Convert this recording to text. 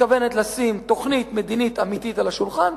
מתכוונת לשים תוכנית מדינית אמיתית על השולחן,